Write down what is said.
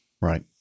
Right